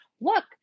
look